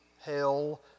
hell